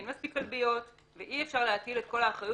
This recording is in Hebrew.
אין מספיק כלביות ואי אפשר להטיל את כל האחריות